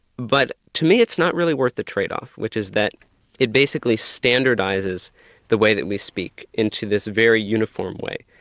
but to me it's not really worth the trade-off, which is that it basically standardises the way that we speak into this very uniform way.